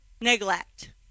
neglect